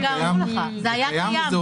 זה היה קיים.